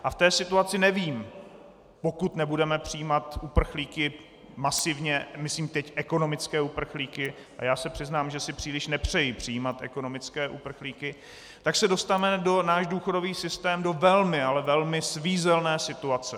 A v té situaci nevím, pokud nebudeme přijímat uprchlíky masivně, myslím teď ekonomické uprchlíky a já se přiznám, že si příliš nepřeji přijímat ekonomické uprchlíky , tak se dostane náš důchodový systém do velmi, ale velmi svízelné situace.